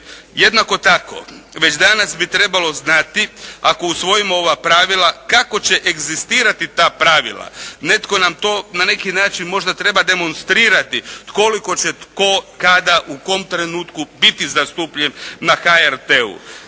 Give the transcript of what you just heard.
Jednako tako već danas bi trebalo znati ako usvojimo ova pravila kako će egzistirati ta pravila? Netko nam to na neki način možda treba demonstrirati koliko će tko, kada, u kom trenutku biti zastupljen na HRT-u?